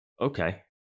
okay